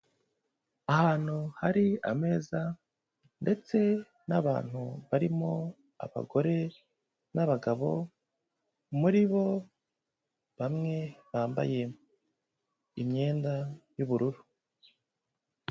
Ahantu hari ameza ndetse n'abantu barimo abagore n'abagabo, muri bo bamwe bambaye imyenda y'ubururu.